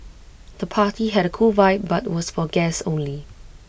the party had A cool vibe but was for guests only